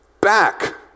back